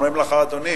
אומרים לך: אדוני,